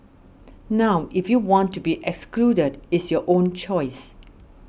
now if you want to be excluded it's your own choice